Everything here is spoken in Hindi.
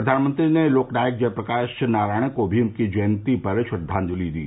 प्रधानमंत्री ने लोकनायक जयप्रकाश नारायण को भी उनकी जयंती पर श्रद्वांजलि दी